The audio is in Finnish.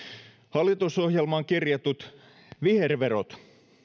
hallitusohjelmaan kirjatut viherverot